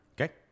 Okay